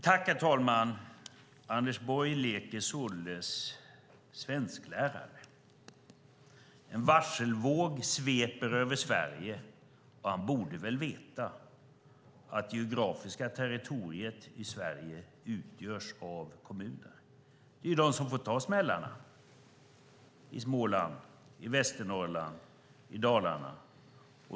Herr talman! Anders Borg leker således svensklärare. En varselvåg sveper över Sverige, och han borde väl veta att det geografiska territoriet i Sverige utgörs av kommuner. Det är de som får ta smällarna - i Småland, i Västernorrland, i Dalarna.